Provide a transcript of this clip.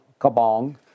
kabong